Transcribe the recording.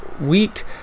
week